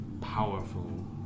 powerful